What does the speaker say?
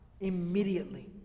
immediately